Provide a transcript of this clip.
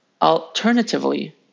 Alternatively